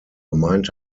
gemeint